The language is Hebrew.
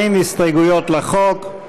אין הסתייגויות לחוק.